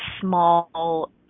small